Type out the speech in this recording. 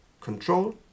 Control